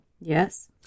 Yes